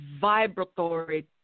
vibratory